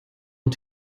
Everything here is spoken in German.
und